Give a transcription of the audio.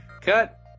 Cut